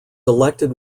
elected